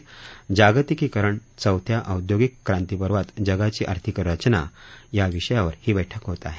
जागतिकीकरण चौथ्या औद्योगिक क्रांतीपर्वात जगाची आर्थिक रचना या विषयावर ही बैठक होत आहे